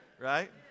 Right